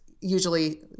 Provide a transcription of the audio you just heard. usually